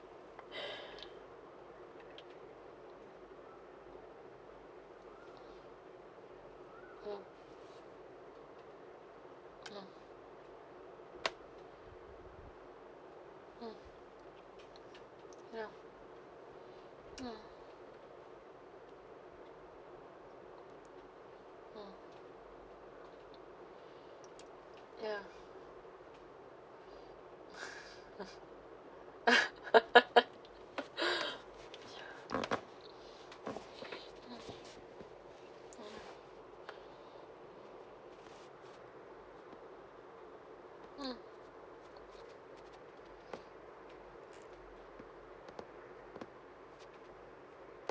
mm uh uh ya uh uh ya uh